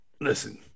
Listen